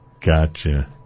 Gotcha